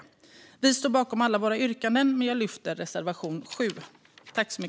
Vi i Vänsterpartiet står bakom alla våra yrkanden, och jag yrkar bifall till reservation 7.